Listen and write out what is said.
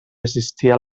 assistia